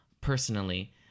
personally